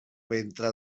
ventre